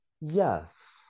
Yes